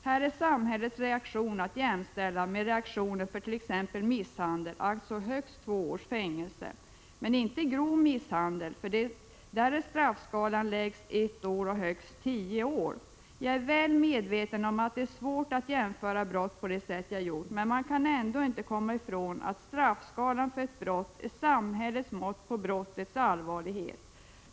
Här är samhällets reaktion att jämställa med reaktioner inför t.ex. misshandel, dvs. högst två års fängelse, men inte för grov misshandel, där straffskalan är lägst ett år och högst tio år. Jag är väl medveten om att det är svårt att jämföra brott på det sätt jag har gjort, men man kan ändå inte komma från att straffskalan för ett brott är samhällets mått på brottets allvarlighet.